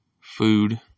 food